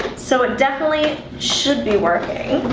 so it definitely should be working